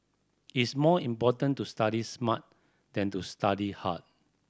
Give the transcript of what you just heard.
it's more important to study smart than to study hard